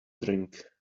drink